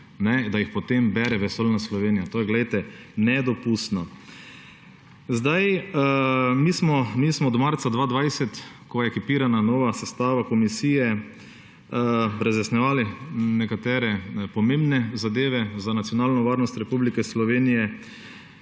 da jih potem bere vesoljna Slovenija. To je, glejte, nedopustno. Mi smo do marca 2020, ko je ekipirana nova sestava komisije, razjasnjevali nekatere pomembne zadeve za nacionalno varnost Republike Slovenije.